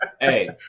Hey